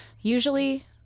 Usually